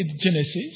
Genesis